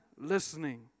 Listening